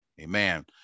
amen